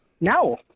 No